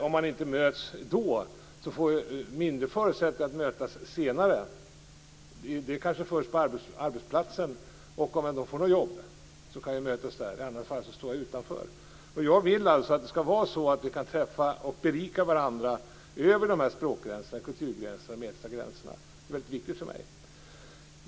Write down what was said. Om de inte möts där får de sämre förutsättningar att mötas senare. Det sker kanske först på arbetsplatsen - om de får jobb. I annat fall står de utanför. Jag vill att vi skall träffa och berika varandra över språkgränserna, kulturgränserna och de etniska gränserna. Det är viktigt för mig.